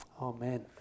Amen